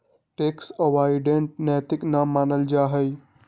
tax avoidance नैतिक न मानल जाइ छइ